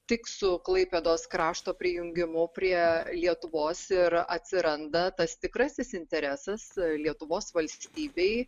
tik su klaipėdos krašto prijungimu prie lietuvos ir atsiranda tas tikrasis interesas lietuvos valstybei